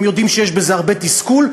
הם יודעים שיש בזה הרבה תסכול.